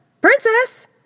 Princess